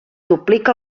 duplica